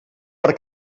per